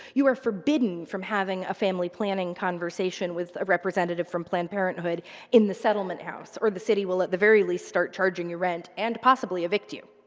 you are forbidden from having a family planning conversation with a representative planned parenthood in the settlement house, or the city will, at the very least, start charging you rent and possibly evict you.